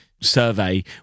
survey